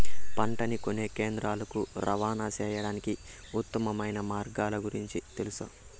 పంటలని కొనే కేంద్రాలు కు రవాణా సేయడానికి ఉత్తమమైన మార్గాల గురించి తెలుసా?